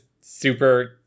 super